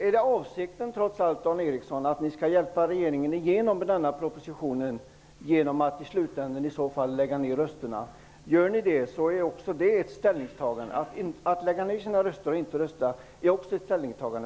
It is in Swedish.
Är avsikten trots allt att ni skall hjälpa regeringen att få igenom denna proposition genom att ni i slutändan lägger ner rösterna, Dan Eriksson? Om ni gör det är också det ett ställningstagande. Att lägga ner sina röster och inte rösta är faktiskt också ett ställningstagande.